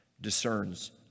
discerns